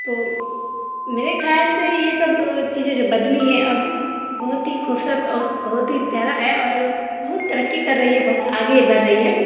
تو میرے خیال سے یہ سب چیزیں جو بدلی ہے اب بہت ہی خوبصورت اور بہت ہی پیارا ہے اور بہت ترقی کر رہی ہے بہت آگے بڑھ رہی ہے